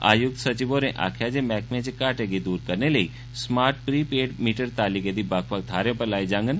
आयुक्त सचिव होरें आक्खेया जे मैहकमे च घाटे गी दूर करने लेई स्मार्ट प्री पेड मीटर ताली गेदी बक्ख बक्ख थाहरें पर लाए जागंन